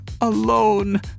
alone